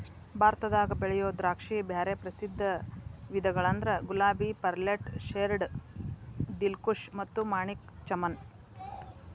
ಭಾರತದಾಗ ಬೆಳಿಯೋ ದ್ರಾಕ್ಷಿಯ ಬ್ಯಾರೆ ಪ್ರಸಿದ್ಧ ವಿಧಗಳಂದ್ರ ಗುಲಾಬಿ, ಪರ್ಲೆಟ್, ಶೇರ್ಡ್, ದಿಲ್ಖುಷ್ ಮತ್ತ ಮಾಣಿಕ್ ಚಮನ್